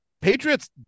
Patriots